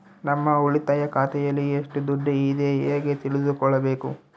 ನಮ್ಮ ಉಳಿತಾಯ ಖಾತೆಯಲ್ಲಿ ಎಷ್ಟು ದುಡ್ಡು ಇದೆ ಹೇಗೆ ತಿಳಿದುಕೊಳ್ಳಬೇಕು?